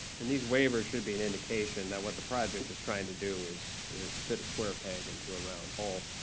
and these waivers should be an indication that what the project is trying to do is is fit a square peg into a round hole.